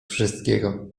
wszystkiego